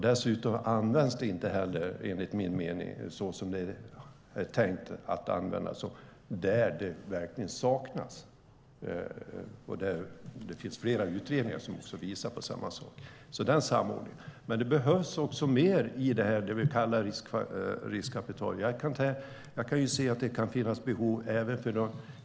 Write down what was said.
Dessutom används riskkapitalet inte som det är tänkt att användas och där det saknas. Det finns flera utredningar som visar samma sak. Det behövs mer av det vi kallar riskkapital.